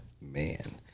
Man